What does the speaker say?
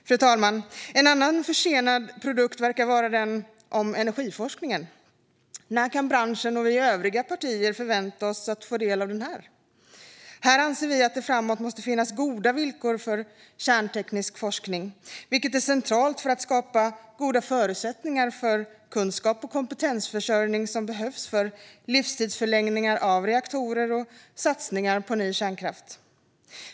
Fru talman! En annan försenad produkt verkar vara den om energiforskningen. När kan branschen och vi övriga partier förvänta oss att få del av denna? Kristdemokraterna anser att det framgent måste finnas goda villkor för kärnteknisk forskning, vilket är centralt för att skapa goda förutsättningar för kunskap och kompetensförsörjning som behövs för livstidsförlängningar av reaktorer och satsningar på ny kärnkraft.